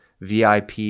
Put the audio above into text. VIP